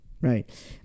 Right